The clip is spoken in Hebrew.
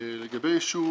לגבי ישות